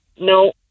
no